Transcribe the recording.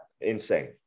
Insane